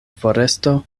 foresto